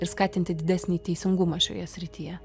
ir skatinti didesnį teisingumą šioje srityje